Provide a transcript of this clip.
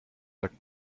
tak